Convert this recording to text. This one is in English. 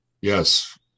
Yes